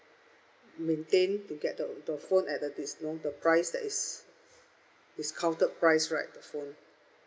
maintain to get the the phone at the dis~ know the price that is discounted price right the phone